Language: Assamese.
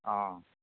অঁ